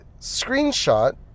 screenshot